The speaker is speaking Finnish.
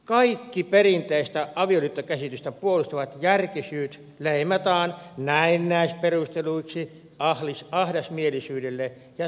kaikki perinteistä avioliittokäsitystä puolustavat järkisyyt leimataan näennäisperusteluiksi ahdasmielisyydelle ja suvaitsemattomuudelle